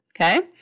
Okay